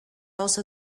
also